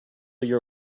your